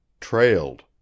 Trailed